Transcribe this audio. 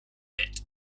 bit